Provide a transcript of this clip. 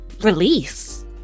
release